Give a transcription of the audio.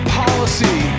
policy